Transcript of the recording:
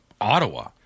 Ottawa